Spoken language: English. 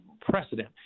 precedent